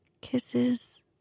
Kisses